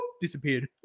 disappeared